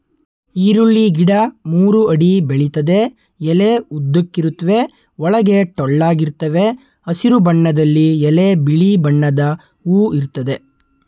ಈರುಳ್ಳಿ ಗಿಡ ಮೂರು ಅಡಿ ಬೆಳಿತದೆ ಎಲೆ ಉದ್ದಕ್ಕಿರುತ್ವೆ ಒಳಗೆ ಟೊಳ್ಳಾಗಿರ್ತವೆ ಹಸಿರು ಬಣ್ಣದಲ್ಲಿ ಎಲೆ ಬಿಳಿ ಬಣ್ಣದ ಹೂ ಇರ್ತದೆ